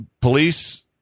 police